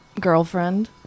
girlfriend